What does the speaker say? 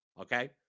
Okay